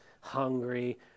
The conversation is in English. hungry